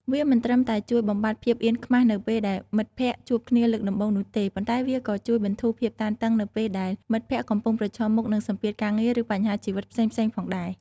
វាមិនត្រឹមតែជួយបំបាត់ភាពអៀនខ្មាស់នៅពេលដែលមិត្តភក្តិជួបគ្នាលើកដំបូងនោះទេ ប៉ុន្តែវាក៏ជួយបន្ធូរភាពតានតឹងនៅពេលដែលមិត្តភក្តិកំពុងប្រឈមមុខនឹងសម្ពាធការងារឬបញ្ហាជីវិតផ្សេងៗផងដែរ។